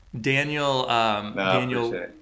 Daniel